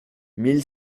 mille